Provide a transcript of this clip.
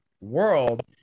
world